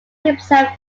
himself